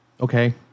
Okay